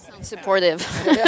Supportive